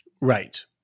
Right